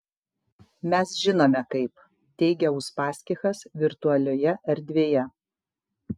mes žinome kaip teigia uspaskichas virtualioje erdvėje